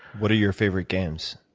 what are your favorite games?